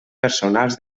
personals